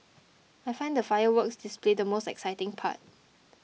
I find the fireworks display the most exciting part